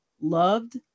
loved